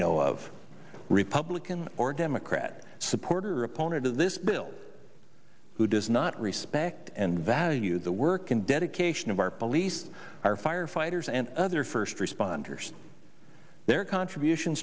know of republican or democrat supporter opponent of this bill who does not respect and value the work and dedication of our police our firefighters and other first responders their contribution